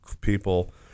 people